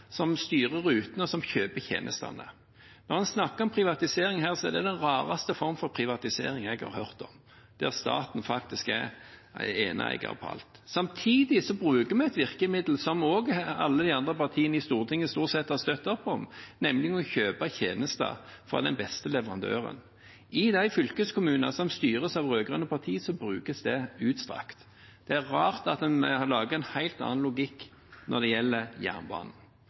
som skal styre rutene, og som skal kjøpe tjenestene. Når en her snakker om privatisering, er det den rareste formen for privatisering jeg har hørt om, der staten faktisk er eneeier for alt. Samtidig bruker vi et virkemiddel som også stort sett alle de andre partiene i Stortinget har støttet opp om, nemlig å kjøpe tjenester fra den beste leverandøren. I de fylkeskommunene som styres av rød-grønne partier, brukes det i utstrakt grad. Det er rart at en har laget en helt annen logikk når det gjelder jernbanen.